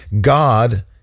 God